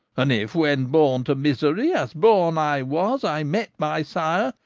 and if when born to misery, as born i was, i met my sire,